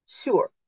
sure